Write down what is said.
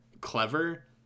clever